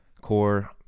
core